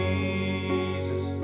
Jesus